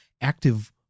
active